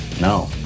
No